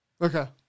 Okay